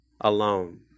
alone